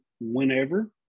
whenever